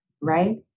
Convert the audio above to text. right